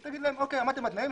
ותאמר: עמדתי בתנאים,